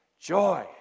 Joy